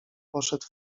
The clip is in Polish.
poszedł